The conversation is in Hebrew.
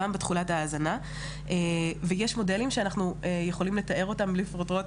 גם בתכולת ההזנה ויש מודלים שאנחנו יכולים לתאר אותם לפרוטרוט,